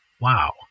Wow